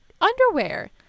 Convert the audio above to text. underwear